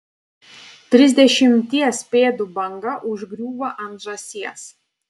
trisdešimties pėdų banga užgriūva ant žąsies